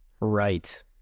Right